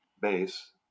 base